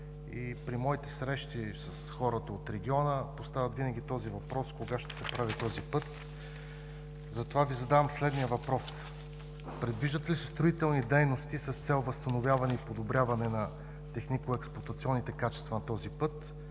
и при моите срещи с хората от региона, винаги се поставя този въпрос – кога ще се направи този път? Затова Ви задавам следния въпрос: предвиждат ли се строителни дейности с цел възстановяване и подобряване на технико-експлоатационните качества на този път,